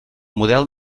model